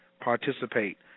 participate